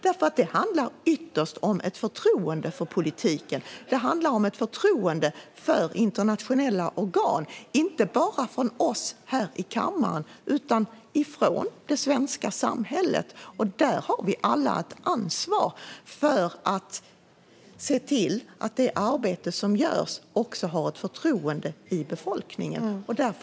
Ytterst handlar det om ett förtroende för politiken, och det handlar om ett förtroende för internationella organ, inte bara från oss här i kammaren utan från det svenska samhället. Där har vi alla ett ansvar för att se till att befolkningen har förtroende för det arbete som görs.